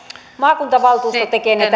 maakuntavaltuusto tekee ne